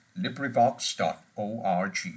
LibriVox.org